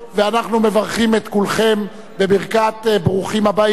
ואנחנו מברכים את כולכם בברכת ברוכים הבאים.